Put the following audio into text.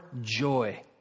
joy